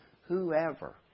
whoever